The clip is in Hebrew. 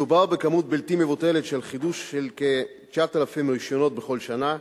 מדובר בכמות בלתי מבוטלת של חידוש של כ-9,000 רשיונות בכל שנה,